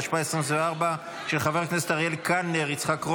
התשפ"ה 2024 הנושא הבא על סדר-היום: הצעת חוק